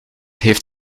heeft